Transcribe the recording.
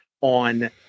on